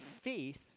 faith